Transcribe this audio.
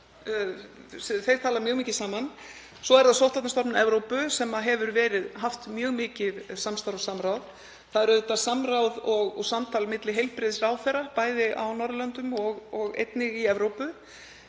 þeir tala mjög mikið saman. Svo er það Sóttvarnastofnun Evrópu sem hefur haft mjög mikið samstarf og samráð. Það er samráð og samtal milli heilbrigðisráðherra, bæði á Norðurlöndum og einnig í Evrópu,